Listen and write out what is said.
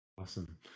Awesome